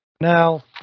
Now